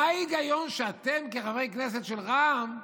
מה ההיגיון שאתם, כחברי כנסת של רע"מ,